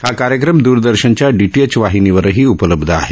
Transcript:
हा कार्यक्रम द्रदर्शनच्या डीटीएच वाहिनीवरही उपलब्ध आहे